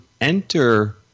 enter